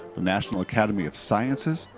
the national academy of sciences,